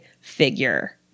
figure